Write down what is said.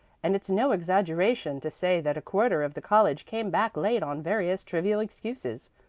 and it's no exaggeration to say that a quarter of the college came back late on various trivial excuses.